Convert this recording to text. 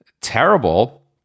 terrible